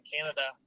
Canada